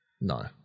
No